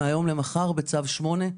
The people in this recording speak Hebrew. מהיום למחר בצו שמונה.